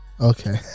Okay